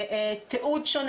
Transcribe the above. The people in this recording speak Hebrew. תיעוד שונה,